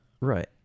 Right